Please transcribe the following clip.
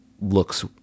looks